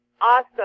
awesome